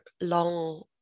long